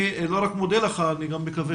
אני לא רק מודה לך אלא אני גם מקווה